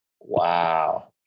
Wow